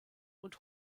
und